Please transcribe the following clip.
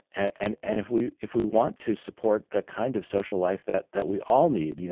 and and if we if we want to support the kind of social life that that we all need,